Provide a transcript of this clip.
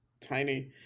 tiny